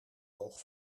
hoog